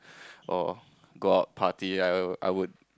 or go out party I I would